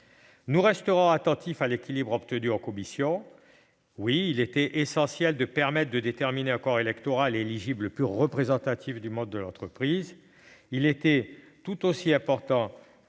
Nous resterons attentifs à l'équilibre obtenu en commission. Oui, il était capital d'assurer le corps électoral et éligible le plus représentatif du monde de l'entreprise. Il était tout aussi important